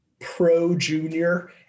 pro-junior